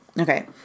Okay